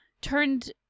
turned